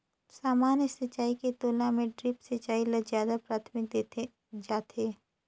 सामान्य सिंचाई के तुलना म ड्रिप सिंचाई ल ज्यादा प्राथमिकता देहे जाथे